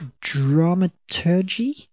dramaturgy